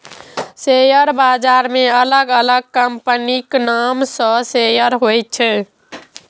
share बाजार मे अलग अलग कंपनीक नाम सं शेयर होइ छै